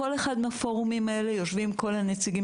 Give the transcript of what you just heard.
בכל אחד מהפורומים האלה יושבים כל הנציגים